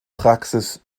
praxis